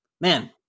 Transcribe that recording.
man